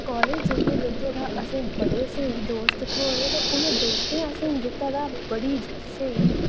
college जाइयै जेह्के तां असेंगी बड़े स्हेई दोस्त थ्होए उनें दोस्तें ते जेह्का असेंगी बड़े स्हेई